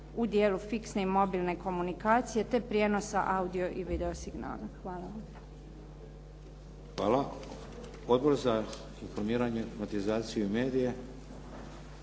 u dijelu fiksne i mobilne komunikacije te prijenosa audio i video signala. Hvala. **Šeks, Vladimir (HDZ)** Hvala. Odbor za informiranje, informatizaciju i medije?